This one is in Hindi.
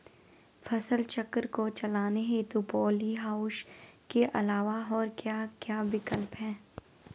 फसल चक्र को चलाने हेतु पॉली हाउस के अलावा और क्या क्या विकल्प हैं?